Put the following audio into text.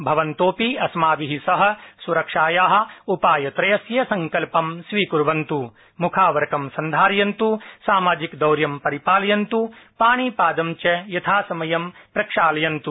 भवन्त अपि अस्माभि सह सुरक्षाया उपाय त्रयस्य सड्कल्पं स्वीकुर्वन्तु मुख आवरकं सन्धारयन्तु सामाजिक द्रतां पालयन्तु पाणि पादं च यथा समयं प्रक्षालयन्तु